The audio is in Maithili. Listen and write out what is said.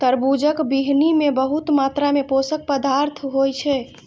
तरबूजक बीहनि मे बहुत मात्रा मे पोषक पदार्थ होइ छै